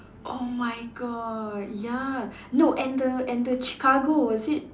oh my god ya no and the and the Chicago was it